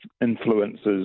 influences